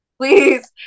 Please